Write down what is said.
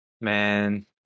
man